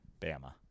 Bama